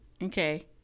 Okay